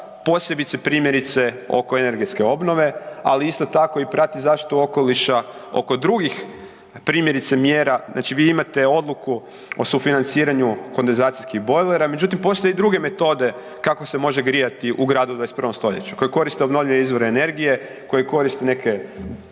posebice, primjerice, oko energetske obnove, ali isto tako, prati zaštitu okoliša oko drugih primjerice, mjera, znači vi imate odluku o sufinanciranju kondenzacijskih bojlera, međutim, postoje i druge metode kako se može grijati u gradu u 21. st., koje koriste obnovljive izvore energije, koje koriste neke